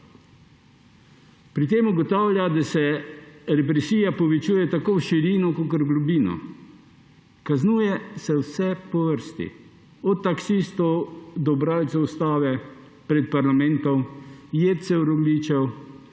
Pri tem ugotavlja, da se represija povečuje tako v širino kot v globino. Kaznuje se vse po vrsti, od taksistov do bralcev ustave pred parlamentom, jedcev rogljičev,